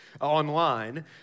online